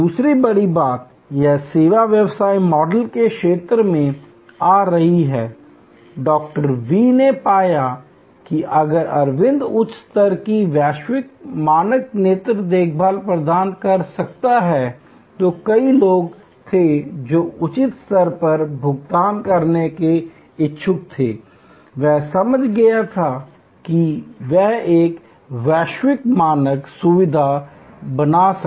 दूसरी बड़ी बात यह सेवा व्यवसाय मॉडल के क्षेत्र में आ रही है डॉ वी ने पाया कि अगर अरविंद उच्च स्तर की वैश्विक मानक नेत्र देखभाल प्रदान कर सकता है तो कई लोग थे जो उचित स्तर पर भुगतान करने के इच्छुक थे वह समझ गया था कि वह एक वैश्विक मानक सुविधा बना सके